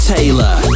Taylor